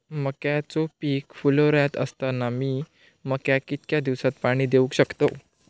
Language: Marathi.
मक्याचो पीक फुलोऱ्यात असताना मी मक्याक कितक्या दिवसात पाणी देऊक शकताव?